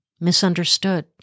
misunderstood